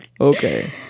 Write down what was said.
okay